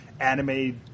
anime